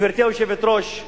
גברתי היושבת-ראש,